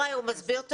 הוא